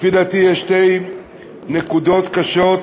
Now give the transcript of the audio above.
לפי דעתי יש שתי נקודות קשות